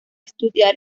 estudiar